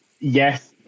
Yes